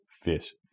fish